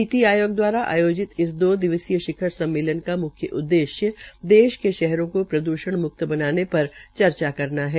नीति आयोग द्वारा आयोजित इस दो दिवसीय शिखर सम्मेलन का म्ख्य उद्देश्य देश के शहरों को प्रद्षण मुक्त बनाने पर चर्चा करना है